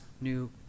new